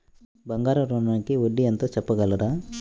బంగారు ఋణంకి వడ్డీ ఎంతో చెప్పగలరా?